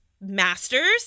master's